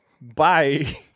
bye